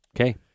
Okay